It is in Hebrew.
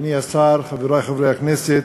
אדוני השר, חברי חברי הכנסת,